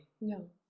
No